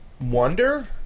wonder